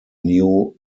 new